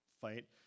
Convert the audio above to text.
fight